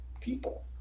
people